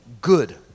good